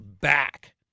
back –